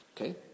okay